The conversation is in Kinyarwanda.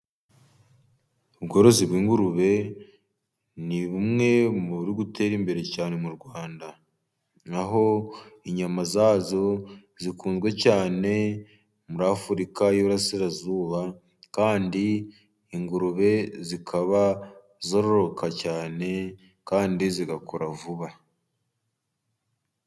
Ubworozi bw'ingurube ni bumwe mu buri gutera imbere cyane mu Rwanda. Na ho inyama zazo zikunzwe cyane muri Afurika y'iburasirazuba kandi ingurube zikaba zororoka cyane kandi zigakura vuba.